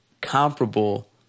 comparable